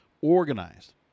organized